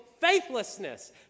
faithlessness